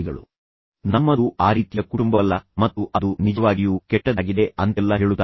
ತದನಂತರ ನಮ್ಮದು ಆ ರೀತಿಯ ಕುಟುಂಬವಲ್ಲ ಮತ್ತು ಅದು ನಿಜವಾಗಿಯೂ ಕೆಟ್ಟದಾಗಿದೆ ಮತ್ತು ಅಂತೆಲ್ಲ ಹೇಳುತ್ತಾನೆ